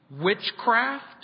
Witchcraft